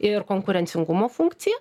ir konkurencingumo funkciją